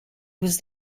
was